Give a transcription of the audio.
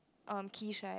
um keys right